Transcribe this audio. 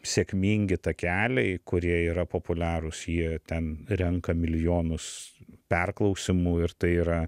sėkmingi takeliai kurie yra populiarūs jie ten renka milijonus perklausymų ir tai yra